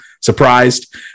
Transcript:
surprised